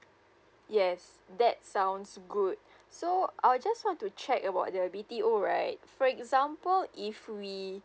yes that sounds good so I'll just want to check about the B_T_O right for example if we